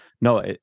no